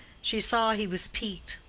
she saw he was piqued,